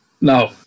No